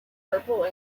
purple